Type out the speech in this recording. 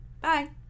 Bye